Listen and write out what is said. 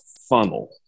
funnel